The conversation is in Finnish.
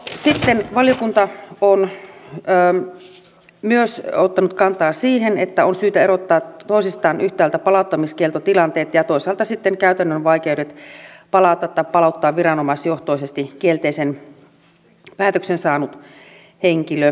sitten valiokunta on myös ottanut kantaa siihen että on syytä erottaa toisistaan yhtäältä palauttamiskieltotilanteet ja toisaalta sitten käytännön vaikeudet palata tai palauttaa viranomaisjohtoisesti kielteisen päätöksen saanut henkilö